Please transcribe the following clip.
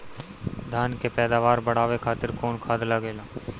धान के पैदावार बढ़ावे खातिर कौन खाद लागेला?